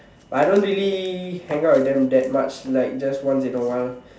but I don't really hang out with them that much like just once in a while